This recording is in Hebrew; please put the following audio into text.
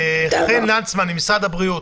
חן וונדרסמן ממשרד הבריאות.